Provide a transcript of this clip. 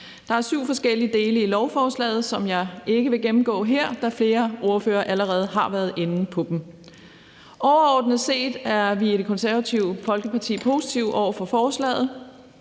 Der er syv forskellige dele i lovforslaget, som jeg ikke vil gennemgå her, da flere ordførere allerede har været inde på dem. Overordnet set er vi i Det Konservative Folkeparti positive over for forslaget.